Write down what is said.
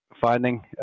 finding